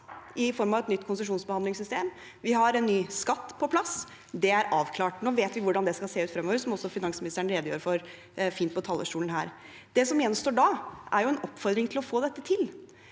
i form av et nytt konsesjonsbehandlingssystem. Vi har en ny skatt på plass. Det er avklart. Nå vet vi hvordan det skal se ut fremover, som også finansministeren redegjør fint for på talerstolen her. Det som gjenstår da, er en oppfordring til å få dette til.